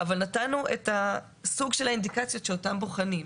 אבל נתנו את סוג האינדיקציות שאותן בוחנים.